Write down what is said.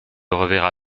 reverra